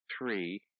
three